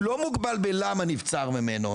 הוא לא מוגבל בלמה נבצר ממנו,